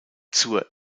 zur